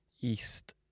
East